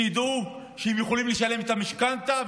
שידעו שהם יכולים לשלם את המשכנתה.